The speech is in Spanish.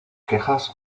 quejas